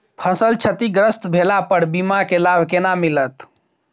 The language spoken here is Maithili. फसल क्षतिग्रस्त भेला पर बीमा के लाभ केना मिलत?